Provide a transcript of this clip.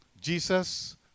Jesus